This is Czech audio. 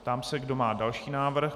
Ptám se, kdo má další návrh.